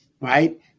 right